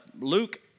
Luke